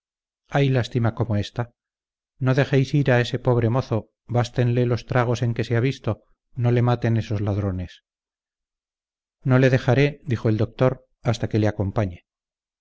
hay lástima como esta no dejéis ir a ese pobre mozo bástenle los tragos en que se ha visto no le maten esos ladrones no le dejaré dijo el doctor hasta que le acompañe